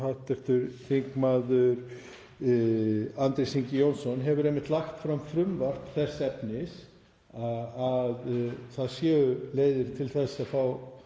hluti. Hv. þm. Andrés Ingi Jónsson hefur einmitt lagt fram frumvarp þess efnis að það séu leiðir til þess að fá